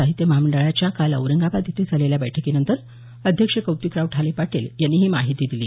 साहित्य महामंडळाच्या काल औरंगाबाद इथं झालेल्या बैठकीनंतर अध्यक्ष कौतिकराव ठाले पाटील यांनी ही माहिती दिली